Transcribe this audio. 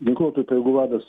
ginkluotųjų pajėgų vadas